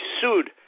sued